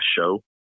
show